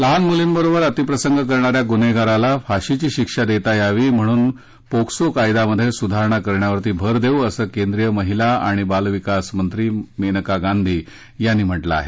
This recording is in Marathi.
लहान मुलींबरोबर अतिप्रसंग करणाऱ्या गुन्हेगाराला फाशीची शिक्षा देता यावी म्हणून पोक्सो कायद्यात सुधारणा करण्यावर भर देऊ असं केंद्रीय महिला आणि बालविकास मंत्री मेनका गांधी यांनी म्हंटल आहे